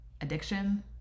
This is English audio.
Addiction